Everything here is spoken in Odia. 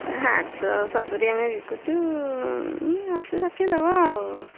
ଆଠଶହ ସତୁରି ଆମେ ବିକୁଚୁ ଆଠଶହ ଷାଠିଏ ଦବ ଆଉ